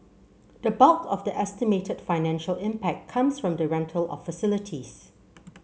the bulk of the estimated financial impact comes from the rental of facilities